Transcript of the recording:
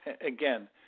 Again